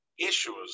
issues